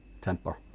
temper